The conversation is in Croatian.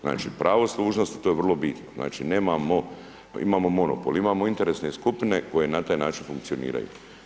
Znači, pravo služnosti, to je vrlo bitno, znači, imamo monopol, imamo interesne skupine koje na taj način funkcioniraju.